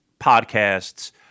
podcasts